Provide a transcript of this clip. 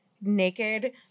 naked